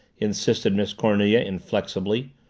insisted miss cornelia inflexibly.